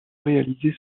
réaliser